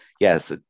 yes